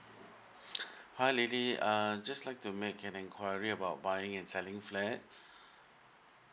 hi lily uh just like to make an enquiry about buying and selling flat